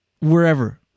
Wherever